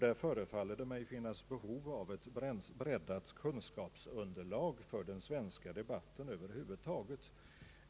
Där före faller det mig finnas behov av ett breddat kunskapsunderlag för den svenska debatten över huvud taget.